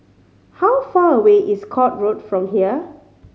how far away is Court Road from here